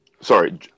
sorry